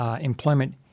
employment